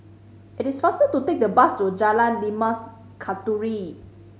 it is faster to take the bus to Jalan Limau Kasturi